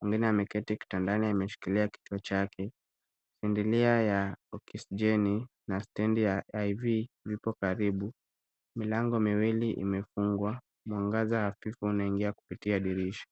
Mwingine ameketi kitandani ameshikilia kichwa chake. Silinda ya oksijeni na stendi ya IV vipo karibu. Milango miwili imefungwa. Mwangaza hafifu unaingia kupitia dirisha.